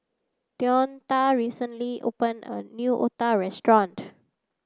Deonta recently opened a new otah restaurant